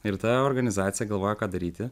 ir ta organizacija galvojo ką daryti